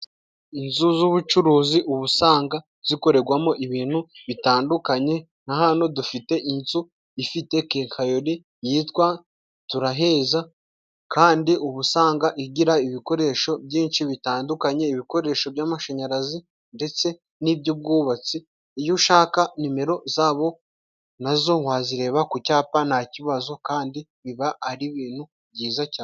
Inzu z'ubucuruzi ubu usanga zikoregwamo ibintu bitandukanye nka hano dufite inzu ifite kenkayori yitwa turaheza kandi ubu usanga igira ibikoresho byinshi bitandukanye ibikoresho by'amashanyarazi ndetse niby'ubwubatsi. Iyo ushaka nimero zabo nazo wazireba ku cyapa ntakibazo kandi biba ari ibintu byiza cyane.